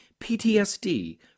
PTSD